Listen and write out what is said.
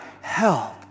help